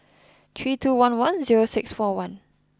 three two one one zero six four one